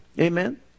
Amen